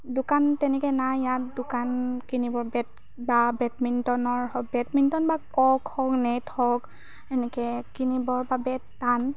দোকান তেনেকৈ নাই ইয়াত দোকান কিনিবৰ বেট বা বেটবিণ্টনৰ বেটমিণ্টনৰ কক হওক নেট হওক এনেকৈ কিনিবৰ বাবে টান